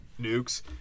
nukes